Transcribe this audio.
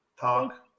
Talk